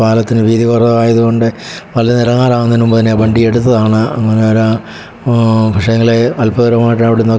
പാലത്തിന് വീതി കുറവായതുകൊണ്ട് വണ്ടിയിൽ നിന്ന് ഇറങ്ങാറാകുന്നതിന് മുൻപുതന്നെ വണ്ടി എടുത്തതാണ് പക്ഷേങ്കിൽ അത്ഭുതകരമായിട്ട് അവിടുന്നൊക്കെ